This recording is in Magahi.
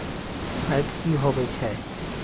फैट की होवछै?